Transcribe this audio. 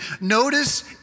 Notice